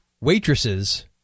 waitresses